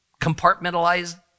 compartmentalized